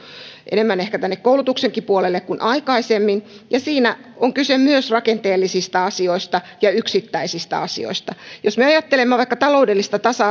enemmän ehkä tänne koulutuksenkin puolelle kuin aikaisemmin ja siinä on kyse myös rakenteellisista asioista ja yksittäisistä asioista jos me ajattelemme vaikka taloudellista tasa